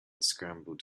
scrambled